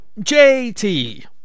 JT